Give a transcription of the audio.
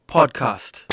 Podcast